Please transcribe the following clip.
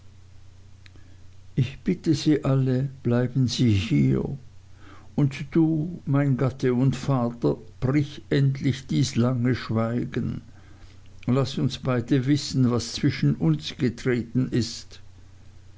ich bitte sie alle bleiben sie hier und du mein gatte und vater brich endlich dies lange schweigen laß uns beide wissen was zwischen uns getreten ist